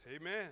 Amen